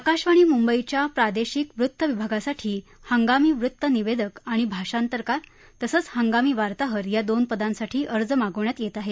आकाशवाणी मुंबईच्या प्रादेशिक वृत्त विभागासाठी हंगामी वृत्तनिवेदक आणि भाषांतरकार तसंच हंगामी वार्ताहर या दोन पदांसाठी अर्ज मागवण्यात येत आहेत